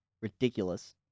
ridiculous